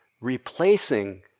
replacing